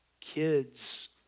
kids